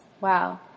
Wow